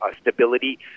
stability